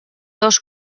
dos